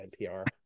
NPR